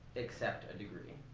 except a degree.